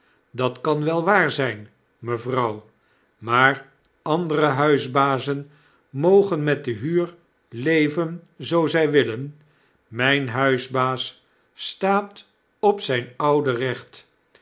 pond datkan wel waar zyn mevrouw maar andere huisbazen mogen met de huur leven zoo zij willen myn huisbaas staat op zyn oude recht